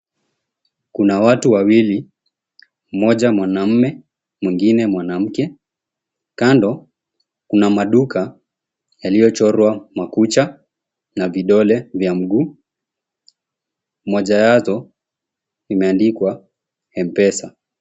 Kuna watu wawili mmoja mwanaume mwingine mwanamke. Kando kuna maduka yaliyochorwa makucha na vidole vya mguu. Moja yazo imeandikwa MPESA.